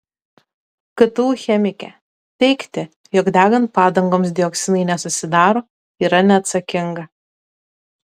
ktu chemikė teigti jog degant padangoms dioksinai nesusidaro yra neatsakinga